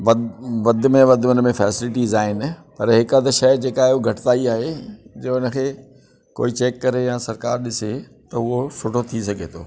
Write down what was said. वधि वधि में वधि हुन में फैसेलिटीज़ आहिनि पर हिकु अधु शइ आहे जेका घटि ताई आहे जे उन खे कोई चेक करे या सरकारु ॾिसे त उहो सुठो थी सघे थो